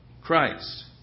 Christ